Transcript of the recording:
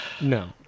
No